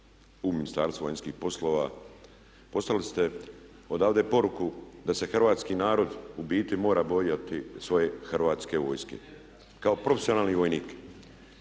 u Ministarstvo vanjskih poslova poslali ste odavde poruku da se Hrvatski narod u biti mora bojati svoje Hrvatske vojske kao profesionalni vojnik